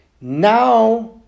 Now